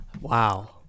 Wow